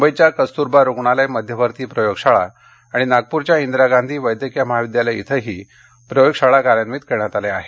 मुंबईच्या कस्तुरबा रुग्णालय मध्यवर्ती प्रयोगशाळा आणि नागपूरच्या इंदिरा गांधी वैद्यकीय महाविद्यालय इथंही प्रयोगशाळा कार्यान्वित करण्यात आल्या आहेत